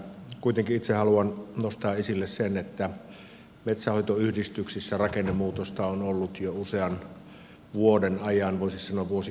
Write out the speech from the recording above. kuitenkin itse haluan nostaa esille sen että metsänhoitoyhdistyksissä rakennemuutosta on ollut jo usean vuoden ajan voisi sanoa vuosikymmenen ajan